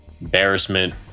Embarrassment